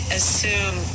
assume